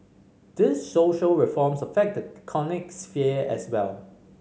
these social reforms affect the economic sphere as well